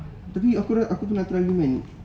tapi tapi aku pernah try